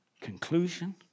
Conclusion